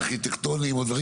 שימו לב.